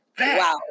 Wow